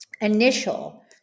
initial